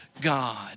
God